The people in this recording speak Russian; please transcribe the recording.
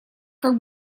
как